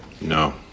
No